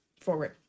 forward